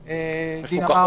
הקליטה.